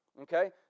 okay